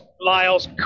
Lyles